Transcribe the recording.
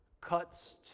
cuts